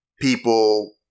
people